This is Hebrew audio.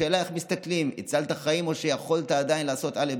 השאלה היא איך מסתכלים על זה: הצלת חיים או יכולת עדיין לעשות א',